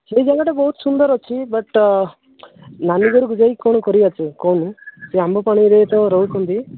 ସେଇ ଜାଗାଟା ବହୁତ ସୁନ୍ଦର ଅଛି ବଟ୍ ନାନୀ ଘରକୁ ଯାଇ କ'ଣ କରିବା ଯେ କହୁନୁ ସେ ଆମ୍ବପାଣିରେ ତ ରହୁଛନ୍ତି